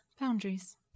Boundaries